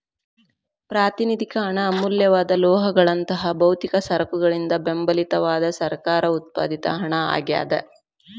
ಪ್ರಾತಿನಿಧಿಕ ಹಣ ಅಮೂಲ್ಯವಾದ ಲೋಹಗಳಂತಹ ಭೌತಿಕ ಸರಕುಗಳಿಂದ ಬೆಂಬಲಿತವಾದ ಸರ್ಕಾರ ಉತ್ಪಾದಿತ ಹಣ ಆಗ್ಯಾದ